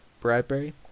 Bradbury